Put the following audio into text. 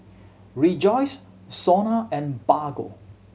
Rejoice SONA and Bargo